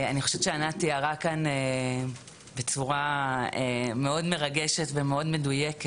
אני חושבת שענת תיארה כאן בצורה מאוד מרגשת ומדויקת